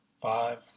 five